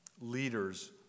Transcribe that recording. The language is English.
leaders